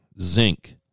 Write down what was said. zinc